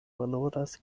valoras